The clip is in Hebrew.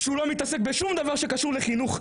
שהוא לא מתעסק בשום דבר שקשור לחינוך,